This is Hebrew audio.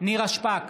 נירה שפק,